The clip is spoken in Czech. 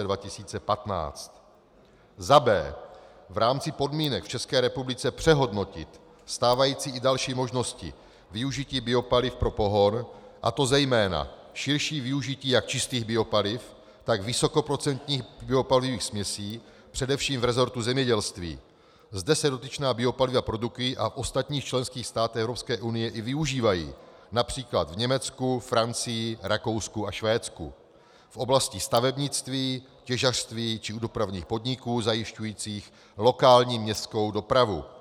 b) v rámci podmínek v České republice přehodnotit stávající i další možnosti využití biopaliv pro pohon, a to zejména širší využití jak čistých biopaliv, tak vysokoprocentních biopalivových směsí, především v rezortu zemědělství zde se dotyčná biopaliva produkují a v ostatních členských státech Evropské unie i využívají, například v Německu, Francii, Rakousku a Švédsku , v oblasti stavebnictví, těžařství či dopravních podniků zajišťujících lokální městskou dopravu.